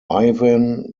ivan